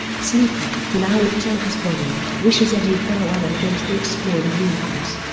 sleeper, now with tel'kar's body, wishes eddie farewell and goes to explore the universe.